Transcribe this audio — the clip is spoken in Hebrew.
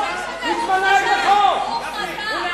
חתימת ליצמן על הצו בשנת 2006. אתה יכול לראות.